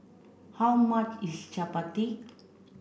how much is Chappati